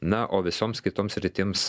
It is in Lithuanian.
na o visoms kitoms sritims